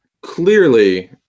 clearly